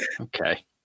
Okay